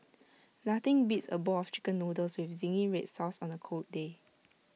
nothing beats A bowl of Chicken Noodles with Zingy Red Sauce on A cold day